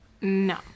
No